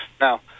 Now